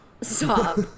Stop